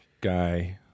guy